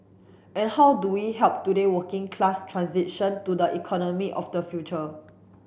and how do we help today working class transition to the economy of the future